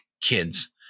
kids